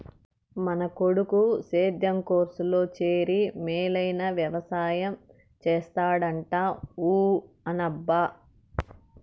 మన కొడుకు సేద్యం కోర్సులో చేరి మేలైన వెవసాయం చేస్తాడంట ఊ అనబ్బా